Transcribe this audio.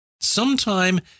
Sometime